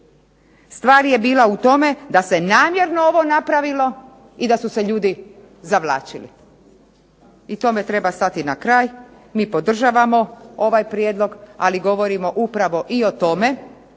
Stvar je bila u tome da se namjerno ovo napravilo i da su se ljudi zavlačili. I tome treba stati na kraj. Mi podržavamo ovaj prijedlog, ali govorimo upravo i o tome,